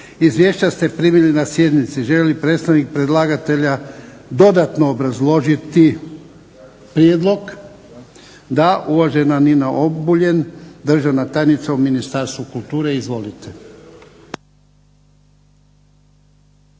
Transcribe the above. Izvješća ste primili na sjednici. Želi li predstavnik predlagatelja dodatno obrazložiti prijedlog? Da. Uvažena Nina Obuljen, državna tajnica u Ministarstvu k ulture. Izvolite.